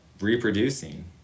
reproducing